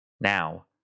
now